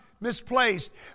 misplaced